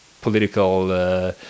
political